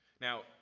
Now